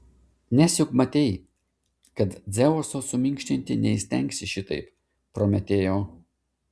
nes juk matei kad dzeuso suminkštinti neįstengsi šitaip prometėjau